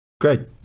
great